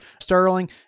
Sterling